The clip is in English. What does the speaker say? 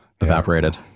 Evaporated